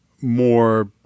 more